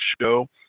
show